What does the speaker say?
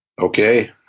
Okay